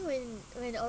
when when I was